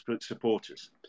supporters